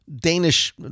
Danish